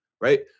right